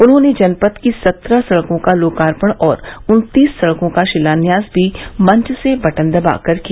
उन्होंने जनपद की सत्रह सड़कों का लोकार्पण और उन्तीस सड़कों का शिलान्यास भी मंच से बटन दबाकर किया